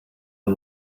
the